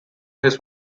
his